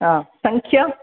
हा सङ्ख्या